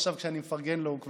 ועכשיו כשאני מפרגן לו הוא כבר,